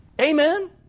Amen